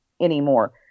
anymore